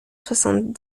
soixante